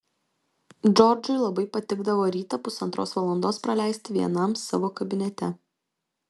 džordžui labai patikdavo rytą pusantros valandos praleisti vienam savo kabinete